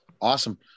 awesome